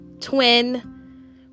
twin